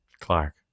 Clark